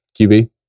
QB